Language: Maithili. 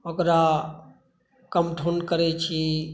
ओकरा कंठौन करै छी